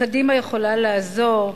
קדימה יכולה לעזור,